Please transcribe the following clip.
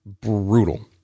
brutal